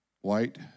White